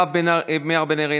מירב בן ארי,